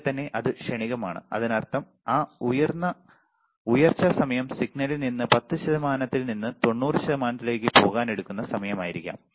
അവിടെത്തന്നെ അത് ക്ഷണികമാണ് അതിനർത്ഥം ആ ഉയർച്ച സമയം സിഗ്നലിൽ നിന്ന് 10 ശതമാനത്തിൽ നിന്ന് 90 ശതമാനത്തിലേക്ക് പോകാൻ എടുക്കുന്ന സമയമായിരിക്കാം